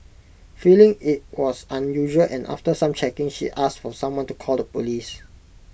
feeling IT was unusual and after some checking she asked for someone to call the Police